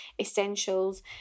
essentials